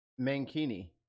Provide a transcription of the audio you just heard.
mankini